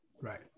right